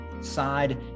side